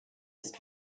ist